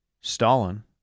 Stalin